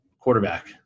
quarterback